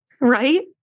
Right